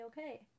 okay